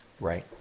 Right